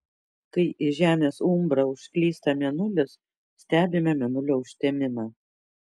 kai į žemės umbrą užklysta mėnulis stebime mėnulio užtemimą